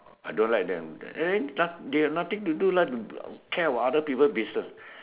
I don't like them and then noth~ they got nothing to do like to care about other people's business